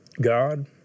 God